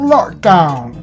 Lockdown